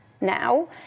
Now